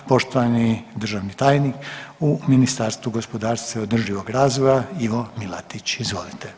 Poštovani državni tajnik u Ministarstvu gospodarstva i održivoga razvoja Ivo Milatić, izvolite.